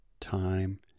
time